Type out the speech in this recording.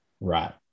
Right